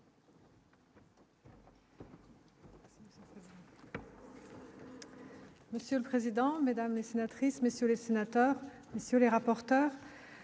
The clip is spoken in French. Monsieur le président, Mesdames et sénatrice Monsieur le Sénateur, messieurs les rapporteurs